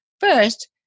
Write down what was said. First